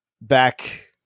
back